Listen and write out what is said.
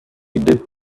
did